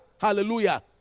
Hallelujah